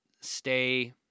stay